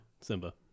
Simba